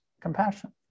compassion